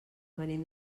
venim